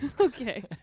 Okay